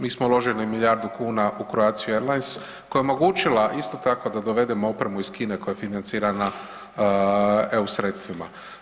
Mi smo uložili milijardu kuna u Croatia Airlines koja je omogućila isto tako da dovedemo opremu iz Kine koja je financirana EU sredstvima.